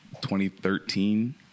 2013